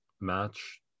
match